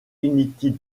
united